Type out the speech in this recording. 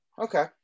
Okay